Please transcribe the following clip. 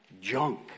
junk